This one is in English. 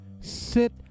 sit